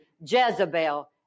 Jezebel